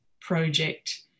project